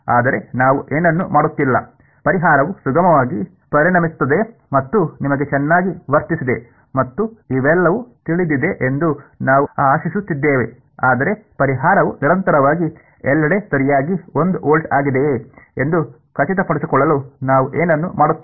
ಆದರೆ ನಾವು ಏನನ್ನೂ ಮಾಡುತ್ತಿಲ್ಲ ಪರಿಹಾರವು ಸುಗಮವಾಗಿ ಪರಿಣಮಿಸುತ್ತದೆ ಮತ್ತು ನಿಮಗೆ ಚೆನ್ನಾಗಿ ವರ್ತಿಸಿದೆ ಮತ್ತು ಇವೆಲ್ಲವೂ ತಿಳಿದಿದೆ ಎಂದು ನಾವು ಆಶಿಸುತ್ತಿದ್ದೇವೆ ಆದರೆ ಪರಿಹಾರವು ನಿರಂತರವಾಗಿ ಎಲ್ಲೆಡೆ ಸರಿಯಾಗಿ ಒಂದು ವೋಲ್ಟ್ ಆಗಿದೆಯೆ ಎಂದು ಖಚಿತಪಡಿಸಿಕೊಳ್ಳಲು ನಾವು ಏನನ್ನೂ ಮಾಡುತ್ತಿಲ್ಲ